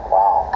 Wow